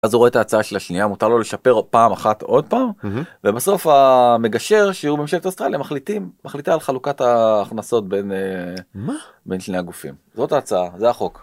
אז הוא רואה את ההצעה של השנייה מותר לו לשפר פעם אחת עוד פעם ובסוף המגשר שהוא בממשלת אוסטרליה מחליטים מחליטה על חלוקת הכנסות בין שני הגופים זאת ההצעה זה החוק.